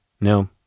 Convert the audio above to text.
No